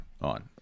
on